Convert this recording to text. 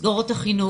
החינוך.